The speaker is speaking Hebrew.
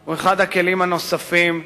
היא אחד הכלים הנוספים,